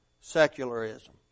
secularism